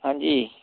हांजी